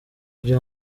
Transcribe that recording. kugira